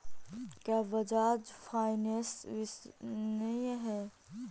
क्या बजाज फाइनेंस विश्वसनीय है?